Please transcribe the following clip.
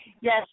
yes